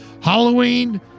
Halloween